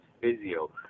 physio